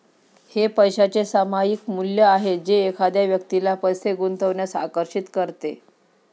हे पैशाचे सामायिक मूल्य आहे जे एखाद्या व्यक्तीला पैसे गुंतवण्यास आकर्षित करते